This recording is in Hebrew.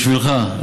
בשבילך,